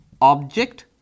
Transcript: object